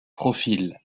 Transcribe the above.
profil